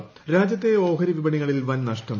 ഓഹരി രാജ്യത്തെ ഓഹരി വിപണികളിൽ വൻ നഷ്ടം